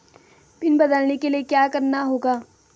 Pin बदलने के लिए क्या करना होगा?